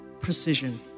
precision